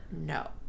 no